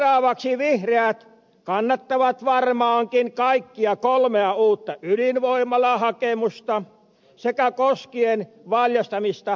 seuraavaksi vihreät kannattavat varmaankin kaikkia kolmea uutta ydinvoimalahakemusta sekä koskien valjastamista energiakäyttöön